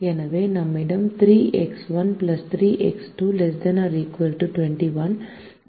எனவே நம்மிடம் 3X1 3X2 ≤ 21 மற்றும் X1 X2 ≥ 0 உள்ளது